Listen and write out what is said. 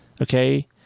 okay